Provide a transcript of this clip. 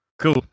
Cool